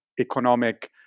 economic